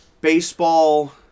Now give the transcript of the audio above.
baseball